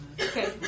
Okay